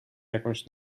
jakąś